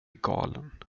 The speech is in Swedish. galen